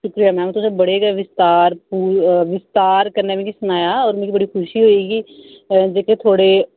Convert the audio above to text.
शुक्रिया मैम तुसें बड़े गै विस्तार पूरे विस्तार कन्नै मिगी सनाया होर मिगी बड़ी खुशी होई कि जेह्के थुआढ़े